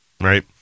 right